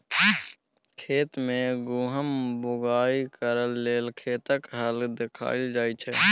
खेत मे गहुम बाउग करय लेल खेतक हाल देखल जाइ छै